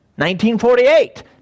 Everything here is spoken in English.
1948